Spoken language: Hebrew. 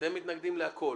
אתם מתנגדים להכל.